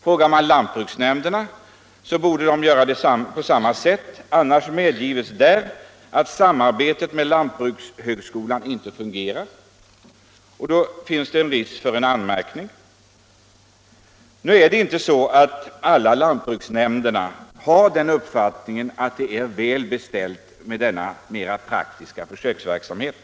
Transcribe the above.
Frågar man lantbruksnämnderna så svarar de nog på samma sätt. Annars medger de att samarbetet med lantbrukshögskolan inte har fungerat, och då finns det risk för anmärkning. Nu har inte alla lantbruksnämnderna den uppfattningen att det är väl beställt med den mer praktiska försöksverksamheten.